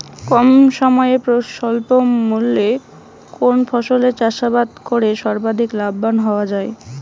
কম সময়ে স্বল্প মূল্যে কোন ফসলের চাষাবাদ করে সর্বাধিক লাভবান হওয়া য়ায়?